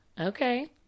Okay